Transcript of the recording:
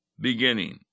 beginning